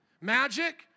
Magic